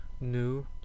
New